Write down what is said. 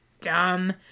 dumb